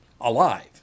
alive